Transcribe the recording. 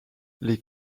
les